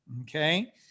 okay